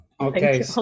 Okay